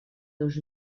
dos